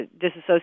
disassociate